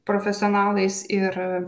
profesionalais ir